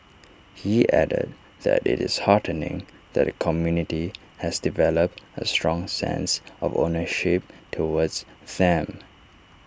he added that IT is heartening that the community has developed A strong sense of ownership towards them